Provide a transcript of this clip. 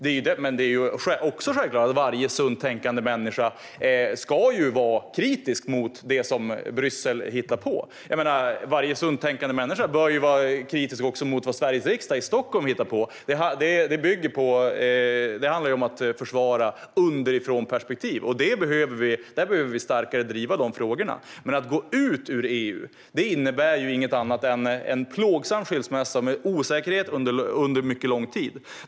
Det är också självklart att varje sunt tänkande människa ska vara kritisk mot det som Bryssel hittar på, liksom varje sunt tänkande människa bör vara kritisk också mot vad Sveriges riksdag i Stockholm hittar på. Det handlar om att försvara underifrånperspektiv, och vi behöver driva de frågorna starkare. Men att gå ur EU innebär inget annat än en plågsam skilsmässa med osäkerhet under mycket lång tid.